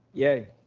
yea.